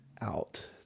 out